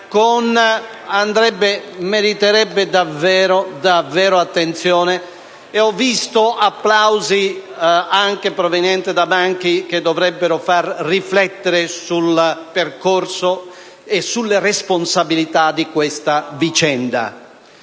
Meriterebbe davvero attenzione, ed ho visto applausi provenienti anche da banchi che dovrebbero far riflettere sul percorso e sulle responsabilità di questa vicenda.